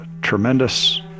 tremendous